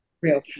Real